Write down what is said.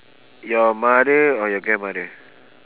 your mother or your grandmother